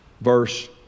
verse